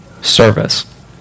service